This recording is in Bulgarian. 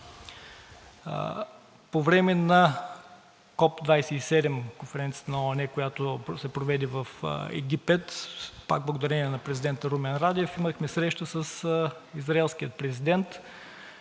на ООН, която се проведе в Египет, пак благодарение на президента Румен Радев, имахме среща с израелския президент.